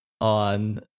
on